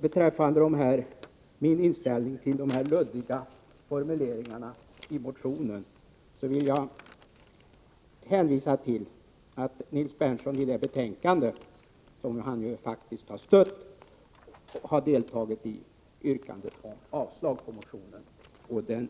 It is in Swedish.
Beträffande min inställning till de luddiga formuleringarna i motionen vill jag hänvisa till det betänkande som Nils Berndtson faktiskt stött, där jag anslutit mig till ett yrkande om avslag på motionen.